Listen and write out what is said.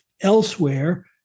elsewhere